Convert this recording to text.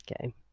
Okay